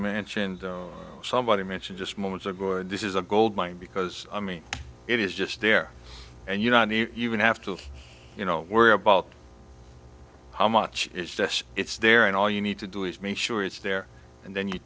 mentioned somebody mentioned just moments ago and this is a gold mine because i mean it is just there and you not even have to you know worry about how much it's just it's there and all you need to do is make sure it's there and then you